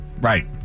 Right